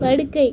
படுக்கை